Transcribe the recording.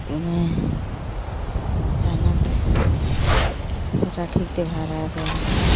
तो मैं अचानक फिर राखी का त्योहार आ गया